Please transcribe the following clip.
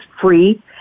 free